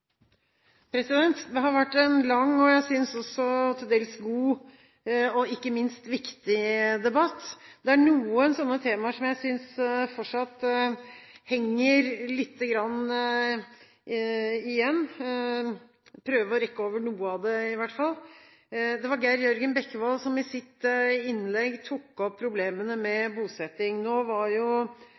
vår. Det har vært en lang og også, synes jeg, en til dels god og ikke minst viktig debatt. Det er noen temaer som jeg synes fortsatt henger litt igjen. Jeg skal prøve å rekke over i hvert fall noen av dem. Det var Geir Jørgen Bekkevold som i sitt innlegg tok opp problemene med bosetting. Nå var jo